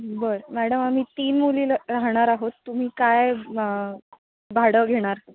बरं मॅडम आम्ही तीन मुली ल राहणार आहोत तुम्ही काय मग भाडं घेणार